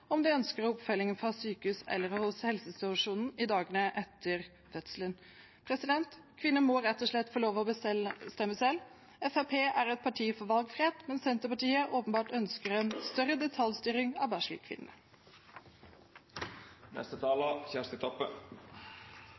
om de ønsker oppfølging fra sykehus eller helsestasjon i dagene etter fødselen. Kvinner må rett og slett få lov til å bestemme selv. Fremskrittspartiet er et parti for valgfrihet, mens Senterpartiet åpenbart ønsker en større detaljstyring av